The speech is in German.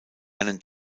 einen